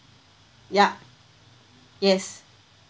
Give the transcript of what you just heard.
yup yes